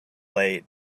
late